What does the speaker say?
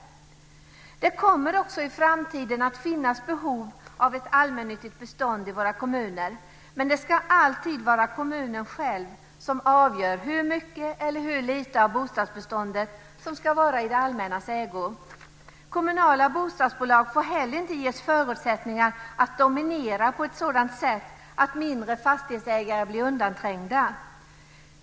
Det kommer också i framtiden att finnas behov av ett allmännyttigt bestånd i våra kommuner, men det ska alltid vara kommunen själv som avgör hur mycket eller hur lite av bostadsbeståndet som ska vara i det allmännas ägo. Kommunala bostadsbolag får heller inte ges förutsättningar att dominera på ett sådant sätt att mindre fastighetsägare blir undanträngda.